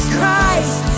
Christ